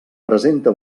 presenta